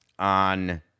on